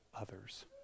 others